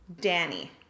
Danny